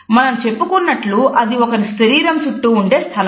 మనం చెప్పుకున్నట్లు అది ఒకరి శరీరం చుట్టూ ఉండే స్థలం